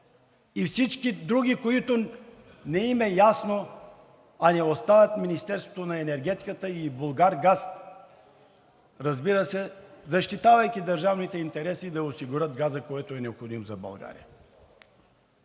и всички други, които не им е ясно, а не оставят Министерството на енергетиката и „Булгаргаз“, защитавайки държавните интереси, да осигурят газа, който е необходим за България?